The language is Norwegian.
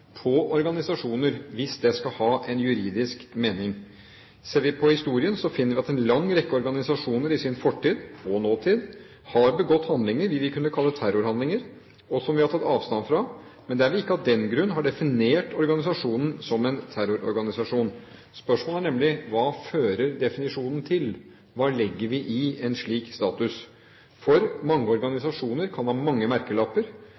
på organisasjoner, hvis det skal ha en juridisk mening. Ser vi på historien, finner vi at en lang rekke organisasjoner i sin fortid – og nåtid – har begått handlinger vi vil kunne kalle terrorhandlinger, og som vi har tatt avstand fra, men der vi ikke av den grunn har definert organisasjonen som en terrororganisasjon. Spørsmålene er nemlig: Hva fører definisjonen til? Hva legger vi i en slik status? Mange organisasjoner kan ha mange merkelapper